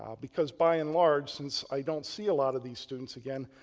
ah because by and large since i don't see a lot of these students again,